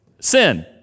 sin